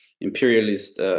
imperialist